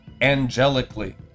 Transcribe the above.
angelically